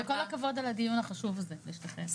וכל הכבוד על הדיון החשוב הזה לשניכם.